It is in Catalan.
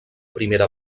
primera